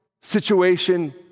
situation